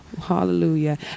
Hallelujah